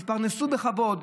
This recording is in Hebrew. התפרנסו בכבוד,